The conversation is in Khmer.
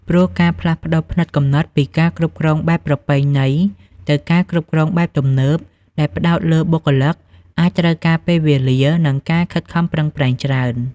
ព្រោះការផ្លាស់ប្តូរផ្នត់គំនិតពីការគ្រប់គ្រងបែបប្រពៃណីទៅការគ្រប់គ្រងបែបទំនើបដែលផ្តោតលើបុគ្គលិក អាចត្រូវការពេលវេលា និងការខិតខំប្រឹងប្រែងច្រើន។